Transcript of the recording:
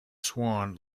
swan